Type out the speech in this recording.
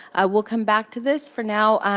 we'll come back to this. for now,